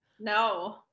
No